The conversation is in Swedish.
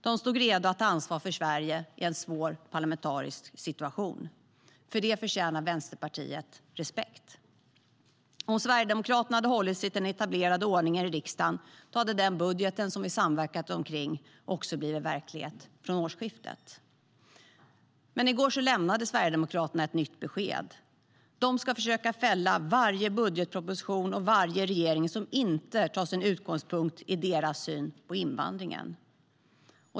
De stod redo att ta ansvar för Sverige i en svår parlamentarisk situation. För det förtjänar Vänsterpartiet respekt. Om Sverigedemokraterna hade hållit sig till den etablerade ordningen i riksdagen hade den budget som vi samverkat kring blivit verklighet från årsskiftet. I går lämnade Sverigedemokraterna ett nytt besked. De ska försöka fälla varje budgetproposition och varje regering som inte tar sin utgångspunkt i deras syn på invandringen.